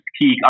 peak